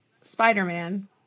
Spider-Man